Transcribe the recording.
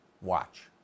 Watch